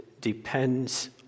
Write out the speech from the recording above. depends